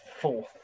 Fourth